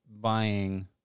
buying